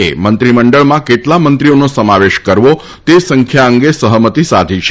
એ મંત્રીમંડળમાં કેટલા મંત્રીઓનો સમાવેશ કરવો તે સંખ્યા અંગે સહમતી સાધી છે